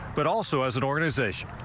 but also as an organization.